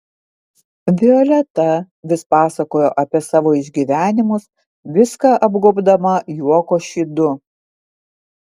violeta vis pasakojo apie savo išgyvenimus viską apgobdama juoko šydu